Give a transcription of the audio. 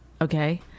Okay